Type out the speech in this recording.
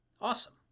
Awesome